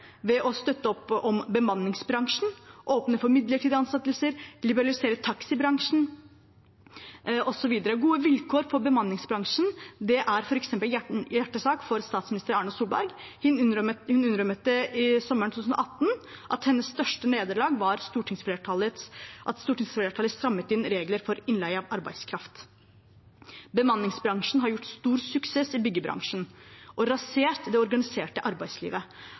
ved å støtte opp om bemanningsbransjen, åpne for midlertidige ansettelser, liberalisere taxibransjen, osv. Gode vilkår for bemanningsbransjen er f.eks. en hjertesak for statsminister Erna Solberg. Hun innrømmet sommeren 2018 at hennes største nederlag var at stortingsflertallet strammet inn regler for innleie av arbeidskraft. Bemanningsbransjen har gjort stor suksess i byggebransjen og rasert det organiserte arbeidslivet.